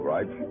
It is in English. Right